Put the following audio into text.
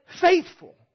faithful